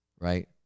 Right